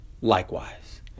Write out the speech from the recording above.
Likewise